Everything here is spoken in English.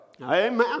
Amen